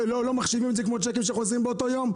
מחשיבים את זה כמו צ'קים שחוזרים באותו יום?